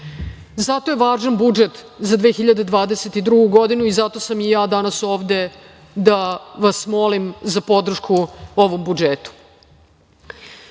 Zato je važan budžet za 2022. godinu i zato sam i ja danas ovde da vas molim za podršku u ovom budžetu. Tokom